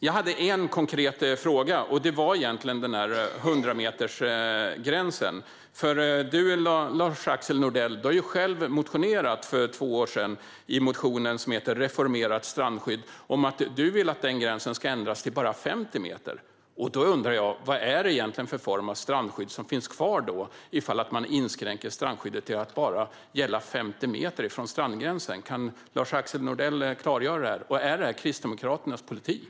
Jag hade en konkret fråga, och det gällde egentligen 100-metersgränsen. För två år sedan lämnade ju du själv in motionen Reformerat strandskydd , Lars-Axel Nordell. Där vill du att gränsen ska ändras till bara 50 meter. Då undrar jag: Vad är det egentligen för form av strandskydd som finns kvar ifall man inskränker det till att bara gälla 50 meter från strandkanten? Kan Lars-Axel Nordell klargöra detta? Och är detta Kristdemokraternas politik?